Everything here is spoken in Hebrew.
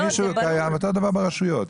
אותו דבר ברשויות.